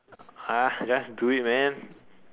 !huh! just do it man